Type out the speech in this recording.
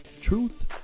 truth